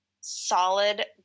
solid